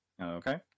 Okay